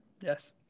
yes